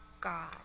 God